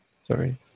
Sorry